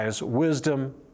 Wisdom